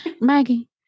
Maggie